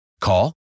Call